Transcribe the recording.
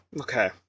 Okay